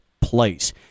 place